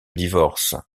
divorce